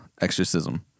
exorcism